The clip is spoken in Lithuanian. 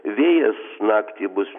vėjas naktį bus